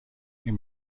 این